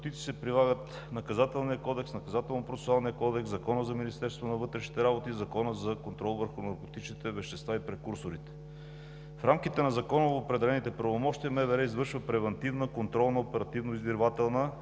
наркотици, се прилагат Наказателният кодекс, Наказателно-процесуалният кодекс, Законът за Министерството на вътрешните работи, Законът за контрол върху наркотичните вещества и прекурсорите. В рамките на законово определените правомощия МВР извършва превантивна, контролна, оперативно-издирвателна